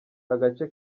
agace